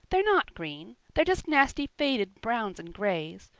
they're not green they're just nasty faded browns and grays.